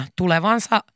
tulevansa